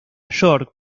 york